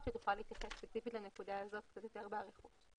שתוכל להתייחס ספציפית לנקודה הזאת קצת יותר באריכות.